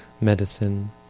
medicine